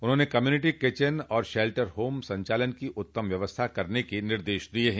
उन्होंने community kitchen और shelter home संचालन की उत्तम व्यवस्था करने के निर्देश दिये हैं